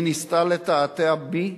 היא ניסתה לתעתע בי